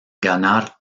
ganar